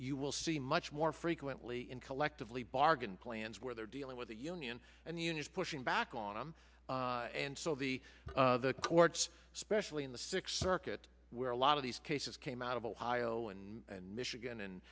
you will see much more frequently in collectively bargain plans where they're dealing with the union and the union pushing back on them and so the the courts especially in the sixth circuit where a lot of these cases came out of ohio and michigan and